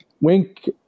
Wink